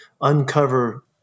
uncover